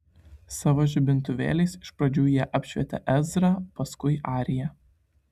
savo žibintuvėliais iš pradžių jie apšvietė ezrą paskui ariją